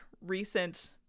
recent